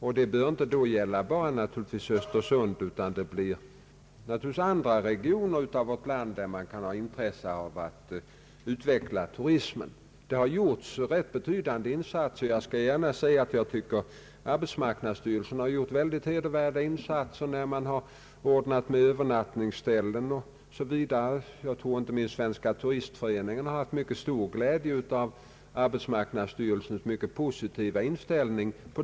Detta bör då naturligtvis inte bara gälla Östersund, utan det kan finnas andra regioner i vårt land som kan ha intresse av att utveckla turismen. Det har också gjorts rätt betydande insatser. Jag vill gärna understryka att arbetsmarknadsstyrelsen har gjort utomordentligt hedervärda insatser när man har ordnat med Öövernattningsställen m.m. Inte minst Svenska turistföreningen torde haft mycket stor glädje av arbetsmarknadsstyrelsens positiva inställning.